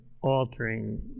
altering